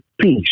peace